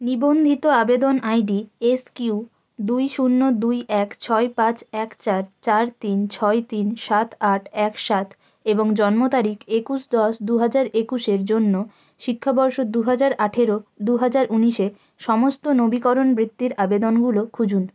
নিবন্ধিত আবেদন I D S Q দুই শূন্য দুই এক ছয় পাঁচ এক চার চার তিন ছয় তিন সাত আট এক সাত এবং জন্ম তারিখ একুশ দশ দু হাজার একুশের জন্য শিক্ষাবর্ষ দু হাজার আঠেরো দু হাজার উনিশে সমস্ত নবীকরণ বৃত্তির আবেদনগুলো খুঁজুন